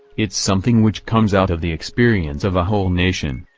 it's something which comes out of the experience of a whole nation,